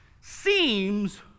seems